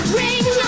ring